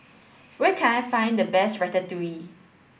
where can I find the best Ratatouille